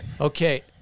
Okay